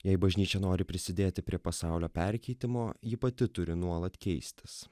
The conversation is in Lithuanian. jei bažnyčia nori prisidėti prie pasaulio perkeitimo ji pati turi nuolat keistis